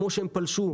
הם פלשו,